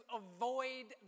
avoid